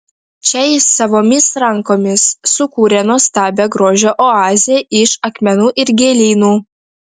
čia ji savomis rankomis sukūrė nuostabią grožio oazę iš akmenų ir gėlynų